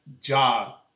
Job